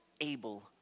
able